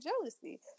jealousy